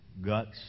guts